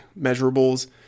measurables